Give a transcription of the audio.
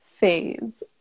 phase